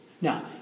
Now